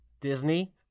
Disney